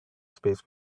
space